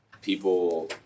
people